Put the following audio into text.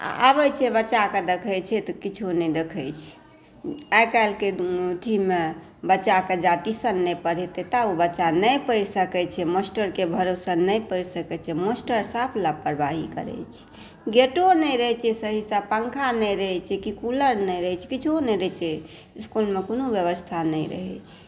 आ आबै छै बच्चा सभकेँ देखै छै तऽ किछो नहि देखै छै आइ काल्हिके एथीमे बच्चाकेँ जा ट्युशन नहि पढेबै ता ओ बच्चा नहि पढ़ि सकै छै मास्टरके भरोसे नहि पढ़ि सकै छै मास्टर साफ लापरवाही करै छै गेटो नहि रहै छै सहीसँ पँखा नहि रहै छै कि कुलर नहि रहै छै किछुओ नहि रहै छै इसकुलमे व्यवस्था नहि रहै छै